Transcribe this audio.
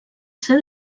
ser